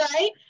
right